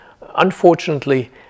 unfortunately